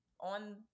on